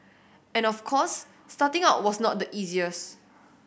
and of course starting out was not the easiest